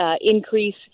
increase